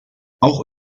auch